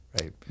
right